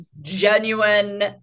genuine